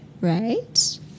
right